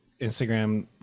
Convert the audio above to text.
Instagram